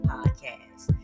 Podcast